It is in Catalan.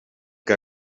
que